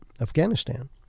Afghanistan